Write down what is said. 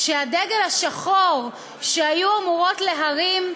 שהדגל השחור שהיו אמורות להרים,